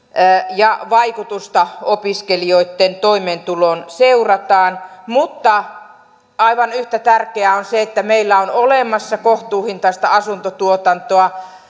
ja vaikutusta opiskelijoitten toimeentuloon seurataan mutta aivan yhtä tärkeää on se että meillä on olemassa kohtuuhintaista asuntotuotantoa